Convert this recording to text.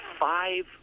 five